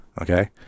Okay